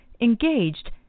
engaged